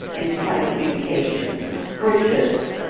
into telecommunications, bridges,